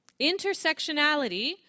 Intersectionality